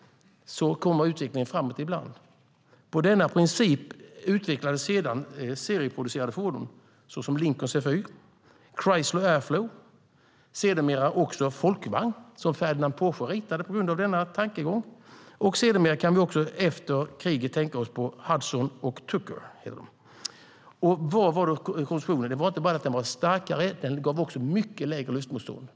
Så kommer utvecklingen framåt ibland. På denna princip utvecklades sedan serieproducerade fordon, såsom Lincoln Zephyr, Chrysler Airflow och sedermera också Volkswagen, som Ferdinand Porsche ritade med denna tankegång som grund. Sedermera, efter kriget, kan vi också tänka på Hudson och Tucker. Vad var då konstruktionen? Det var inte bara det att den var starkare, utan den gav också mycket lägre luftmotstånd.